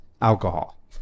alcohol